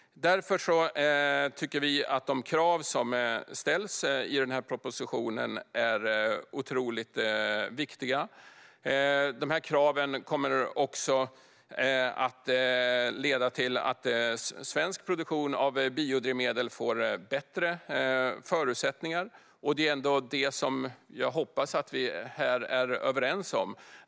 Vi tycker därför att de krav som ställs i propositionen är otroligt viktiga. De kraven kommer att leda till att svensk produktion av biodrivmedel får bättre förutsättningar. Det är ändå det som jag hoppas att vi här är överens om.